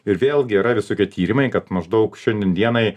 ir vėlgi yra visokie tyrimai kad maždaug šiandien dienai